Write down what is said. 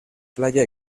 playa